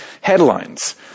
headlines